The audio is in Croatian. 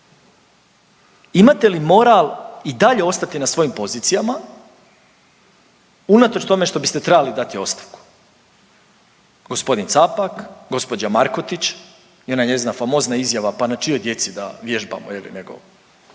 Imate li moral i dalje ostati na svojim pozicijama unatoč tome što biste trebali dati ostavku? G. Capak, gđa Markotić, ona njezina famozna izjava, na čijoj djeci da vježbamo, je li, nego